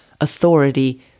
authority